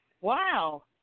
Wow